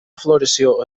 floració